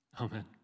Amen